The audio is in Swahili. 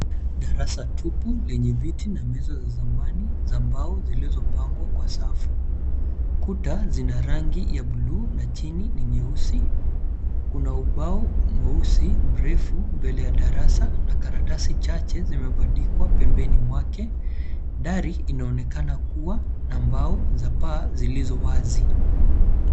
Darasa tupu lenye viti na meza za zamani za mbao zilizopangwa kwa safu. Kuta zina rangi ya buluu na chini ni nyeusi. Kuna ubao mweusi mrefu mbele ya darasa na karatasi chache zimebandikwa pembeni mwake. Dari inaonekana kuwa na mbao za paa zilizo wazi.